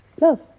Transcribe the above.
love